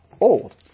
old